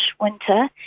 winter